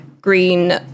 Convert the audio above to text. green